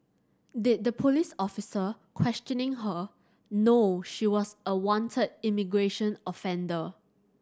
did the police officer questioning her know she was a wanted immigration offender